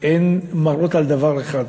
מראה דבר אחד,